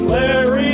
Larry